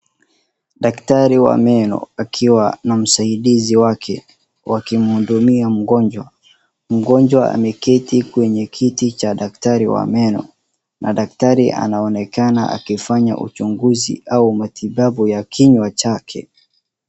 Daktari wa meno, akiwa na msaidizi wake wa kimhudumia mgonjwa. Mgonjwa ameketi kiti cha daktari wa meno. Na daktari anaonekana akifanya uchunguzi au matibabu ya kinywa chake.